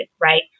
right